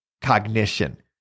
cognition